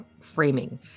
framing